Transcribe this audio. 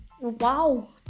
wow